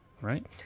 right